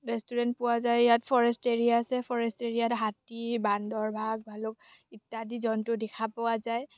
restaurant পোৱা যায় ইয়াত ফৰেষ্ট এৰিয়া আছে ফৰেষ্ট এৰিয়াত হাতী বান্দৰ বাঘ ভালুক ইত্য়াদি জন্তু দেখা পোৱা যায়